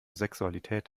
sexualität